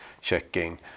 checking